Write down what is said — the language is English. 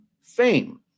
fame